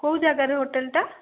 କେଉଁ ଜାଗାରେ ହୋଟେଲ୍ଟା